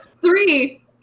Three